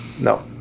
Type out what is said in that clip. no